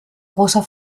großer